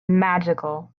magical